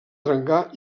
trencar